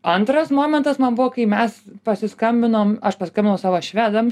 antras momentas man buvo kai mes pasiskambinom aš paskambinau savo švedam